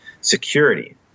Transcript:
security